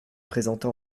présenta